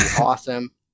awesome